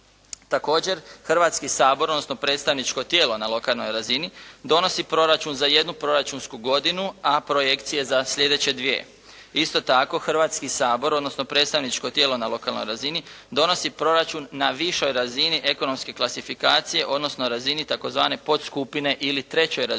Također Hrvatski sabor odnosno predstavničko tijelo na lokalnoj razini donosi proračun za jednu proračunsku godinu, a projekcije za sljedeće dvije. Isto tako, Hrvatski sabor odnosno predstavničko tijelo na lokalnoj razini donosi proračun na višoj razini ekonomske klasifikacije odnosno razini tzv. podskupine ili 3. razini